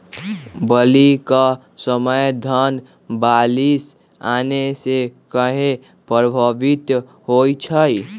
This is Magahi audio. बली क समय धन बारिस आने से कहे पभवित होई छई?